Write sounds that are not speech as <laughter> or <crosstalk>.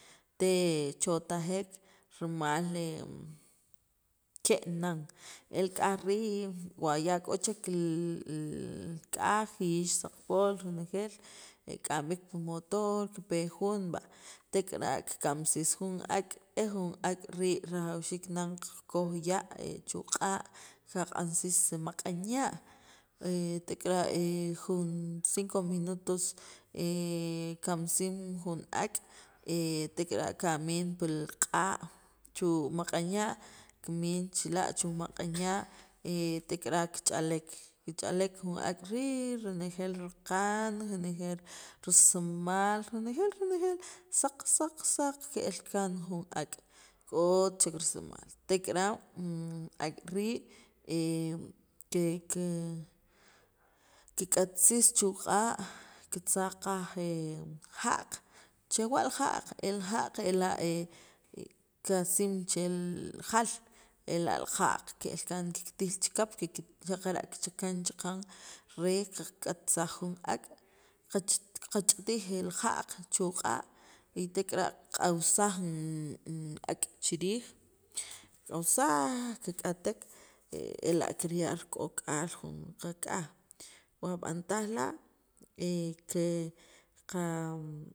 te' chotajek rimal <hesitation> ke' nan el k'aj rii' wa ya k'o chek li k'aj y saqpol renejeel kik'am b'iik pi motor kipe jun va tek'ara' kikamsis jun ak' e jun ak' rii' rajwxiik nan qakoj ya' chu'q'a' qaq'ansis maq'an ya' tek'ara' cinco minutos kamsim jun ak' tek'ara' kamin pi q'a' chu' maq'an ya' kimin chila' chu' maq'an ya' tek'ara' kich'alek kich'alek renjeel raqan renejeel risamal renjeel renejeel saq saq ke'l kaan jun ak' k'ot chek risimaal tek'ar'a <hesitation> ke kiq'atsis chu' q'a' kitzaq qaj ja' chewa' li ja'q ela' qasim chi riij jal ela' li ja'q ke'el kaan kitij chikyaq xaqara' kichakan chaqan re qak'atsaj jun ak' kach'itij li ja'q chu q'a' y tek'ara' qak'awsaj jun ak' chirij kak'awsaaj kiq'atek ela' kirya' rik'ok'al jun qak'aj o b'antaj la' qa <noise>